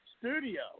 studio